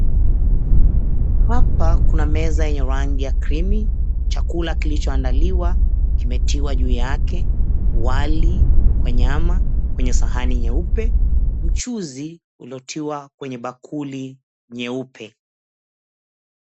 Hapa kuna meza ya rangi ya krimi, chakula kilichoandaliwa kimetiwa juu yake, wali kwa nyama kwenye sahani nyeupe, mchuzi uliotiwa kwenye bakuli nyeupe.